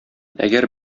әгәр